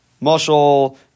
muscle